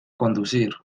conducir